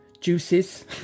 juices